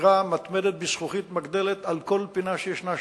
ושמירה מתמדת בזכוכית מגדלת, על כל פינה שישנה שם.